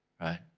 right